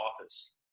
office